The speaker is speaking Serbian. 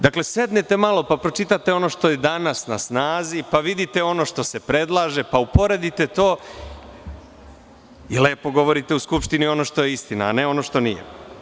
Dakle, sednete pa pročitate ono što je danas na snazi, pa vidite ono što se predlaže, upredite to i lepo govorite u Skupštini ono što je istina, a ne ono što nije.